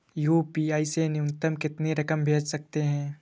UPI से न्यूनतम कितनी रकम भेज सकते हैं?